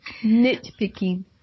nitpicking